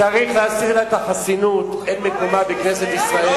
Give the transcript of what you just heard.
צריך להסיר לה את החסינות, אין מקומה בכנסת ישראל.